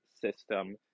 system